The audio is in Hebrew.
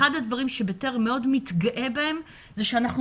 אחד הדברים שבטרם מאוד מתגאה בהם זה שאנחנו